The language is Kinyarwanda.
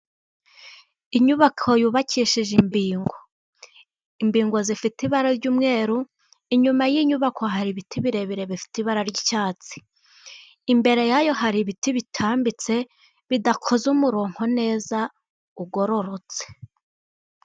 Inyubako yubakishije imbingo. Imbingo zifite ibara ry'umweru, inyuma y'inyubako hari ibiti birebire bifite ibara ry'icyatsi, imbere ya yo hari ibiti bitambitse bidakoze umurongonko neza ugororotse.